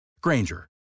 Granger